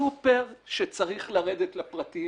סופר שצריך לרדת לפרטים.